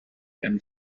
and